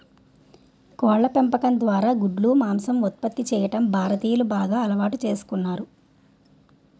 కోళ్ళ పెంపకం ద్వారా గుడ్లు, మాంసం ఉత్పత్తి చేయడం భారతీయులు బాగా అలవాటు చేసుకున్నారు